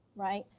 right?